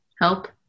help